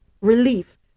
relief